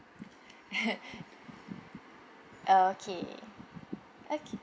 okay okay